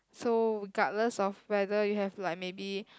so regardless of whether you have like maybe